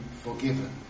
forgiven